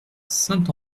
saint